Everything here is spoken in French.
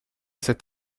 cet